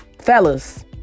Fellas